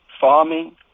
farming